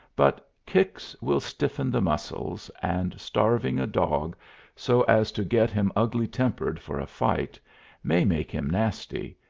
but kicks will stiffen the muscles, and starving a dog so as to get him ugly-tempered for a fight may make him nasty,